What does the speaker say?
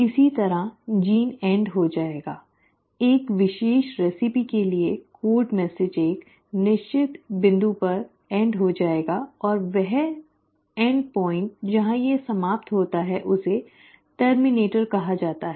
इसी तरह जीन समाप्त हो जाएगा एक विशेष रेसिपी के लिए कोड संदेश एक निश्चित बिंदु पर समाप्त हो जाएगा और वह अंत बिंदु जहां यह समाप्त होता है उसे टर्मिनेटर कहा जाता है